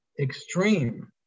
extreme